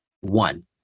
One